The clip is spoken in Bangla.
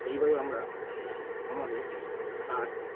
এইভাবে আমরা আমাদের হার্ট